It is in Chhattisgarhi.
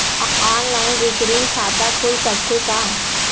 ऑनलाइन रिकरिंग खाता खुल सकथे का?